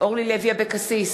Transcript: אורלי לוי אבקסיס,